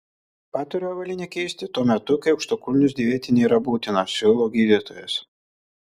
patariu avalynę keisti tuo metu kai aukštakulnius dėvėti nėra būtina siūlo gydytojas